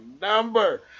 number